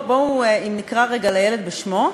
אם נקרא רגע לילד בשמו,